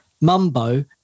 Mumbo